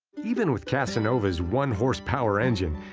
even with casanova's one-horsepower engine,